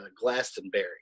Glastonbury